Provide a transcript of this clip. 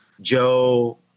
Joe